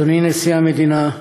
אדוני נשיא המדינה,